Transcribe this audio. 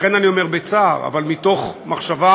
לכן, אני אומר, בצער, אבל מתוך מחשבה,